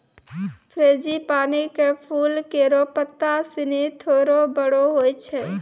frangipani क फूल केरो पत्ता सिनी थोरो बड़ो होय छै